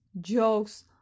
jokes